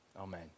Amen